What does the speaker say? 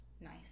Nice